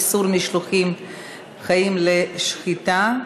איסור משלוחים חיים לשחיטה),